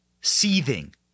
seething